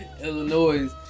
Illinois